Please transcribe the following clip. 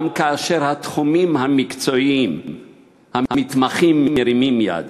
גם כאשר התחומים המקצועיים המתמחים מרימים ידיים.